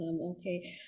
okay